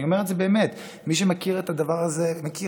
אני אומר את זה באמת, מי שמכיר את הדבר הזה מכיר.